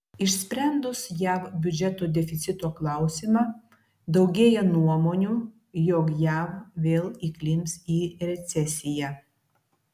išsprendus jav biudžeto deficito klausimą daugėja nuomonių jog jav vėl įklimps į recesiją